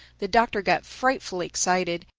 the doctor got frightfully excited.